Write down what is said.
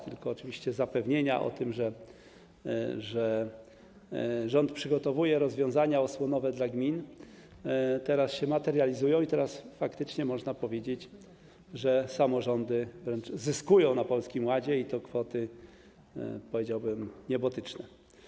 Tylko oczywiście zapewnienia o tym, że rząd przygotowuje rozwiązania osłonowe dla gmin, teraz się materializują i faktycznie można powiedzieć, że samorządy wręcz zyskują na Polskim Ładzie i to kwoty - powiedziałbym - niebotyczne.